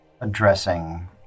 addressing